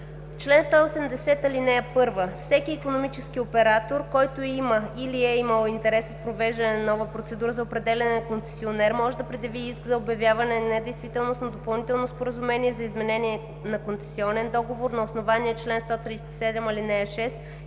„Чл. 180. (1) Всеки икономически оператор, който има или е имал интерес от провеждане на нова процедура за определяне на концесионер, може да предяви иск за обявяване недействителност на допълнително споразумение за изменение на концесионен договор на основание чл. 137, ал. 6